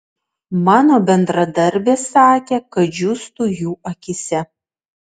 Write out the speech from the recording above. mano bendradarbės sakė kad džiūstu jų akyse